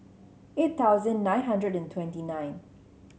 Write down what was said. eight thousand nine hundred twenty nine